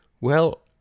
Well